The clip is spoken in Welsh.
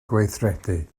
gweithredu